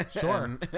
Sure